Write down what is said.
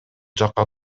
жакка